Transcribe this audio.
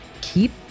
keep